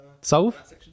Solve